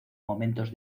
momentos